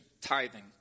tithing